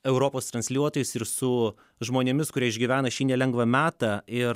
europos transliuotojais ir su žmonėmis kurie išgyvena šį nelengvą metą ir